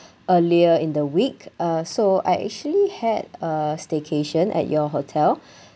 earlier in the week uh so I actually had a staycation at your hotel